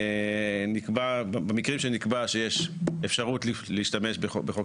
במקרים שנקבע שיש אפשרות להשתמש בחוק